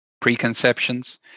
preconceptions